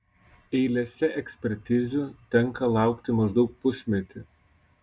eilėse ekspertizių tenka laukti maždaug pusmetį